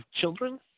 children